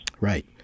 right